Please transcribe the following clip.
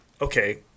okay